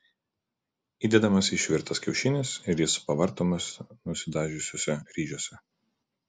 įdedamas išvirtas kiaušinis ir jis pavartomas nusidažiusiuose ryžiuose